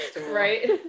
Right